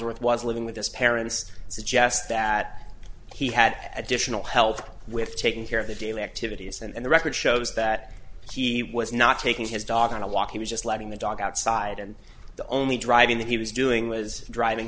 ellsworth was living with his parents suggests that he had additional help with taking care of the daily activities and the record shows that he was not taking his dog on a walk he was just letting the dog outside and the only driving that he was doing was driving